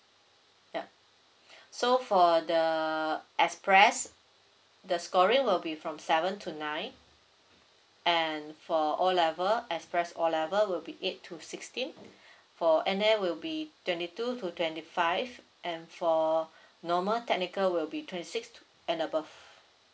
yup so for the express the scoring will be from seven to nine and for o level express o level will be eight to sixteen for N_A will be twenty two to twenty five and for normal technical will be twenty six to and above